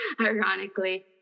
ironically